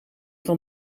van